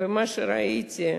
ומה שראיתי,